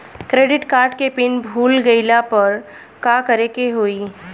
Credit card के PIN भूल गईला पर का करे के होई?